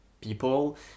people